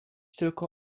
tylko